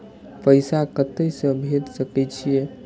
पैसा कते से भेज सके छिए?